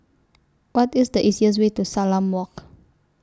What IS The easiest Way to Salam Walk